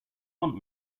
want